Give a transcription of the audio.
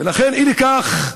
אי לכך,